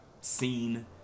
scene